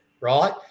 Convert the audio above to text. right